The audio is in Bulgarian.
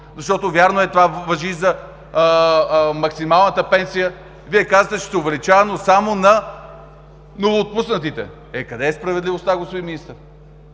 Защото, вярно е, това важи за максималната пенсия. Вие казахте, че ще се увеличава, но само на новоотпуснатите. Е, къде е справедливостта, господин Министър?!